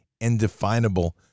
indefinable